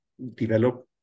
develop